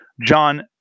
John